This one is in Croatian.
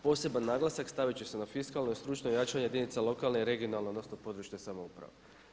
Poseban naglasak staviti će se na fiskalno i stručno jačanje jedinica lokalne i regionalne odnosno područne samouprave.